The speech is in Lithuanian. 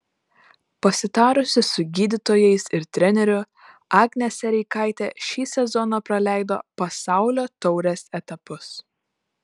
pasitarusi su gydytojais ir treneriu agnė sereikaitė šį sezoną praleido pasaulio taurės etapus